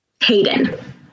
Hayden